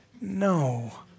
No